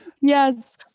Yes